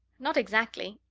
not exactly,